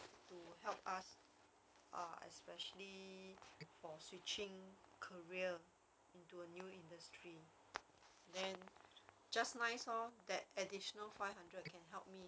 to help use ah especially for switching career to a new industry then just nice lor that additional five hundred can help me